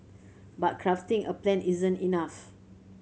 but crafting a plan isn't enough